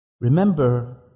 Remember